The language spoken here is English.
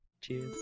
Cheers